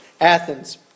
Athens